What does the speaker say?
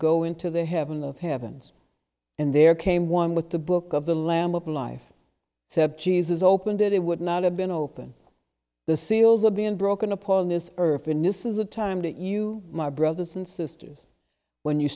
go into the heaven of heavens and there came one with the book of the lamb of life said jesus opened it it would not have been open the seals are being broken upon this earth in this is a time that you my brothers and sisters when you